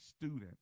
student